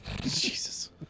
Jesus